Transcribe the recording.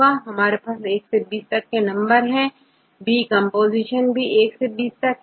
यहां हमारे पास1 से 20 तक नंबर है और बी कंपोजीशन भी1 से20 तक है